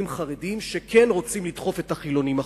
חרדיים שכן רוצים לדחוף את החילונים החוצה,